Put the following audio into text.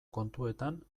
kontuetan